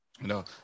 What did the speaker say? No